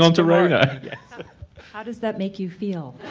um to rhona. ep how does that make you feel?